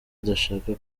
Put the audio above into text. adashaka